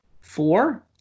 four